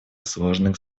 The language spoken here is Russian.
сложных